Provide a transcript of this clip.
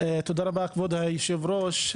כבוד היושב-ראש.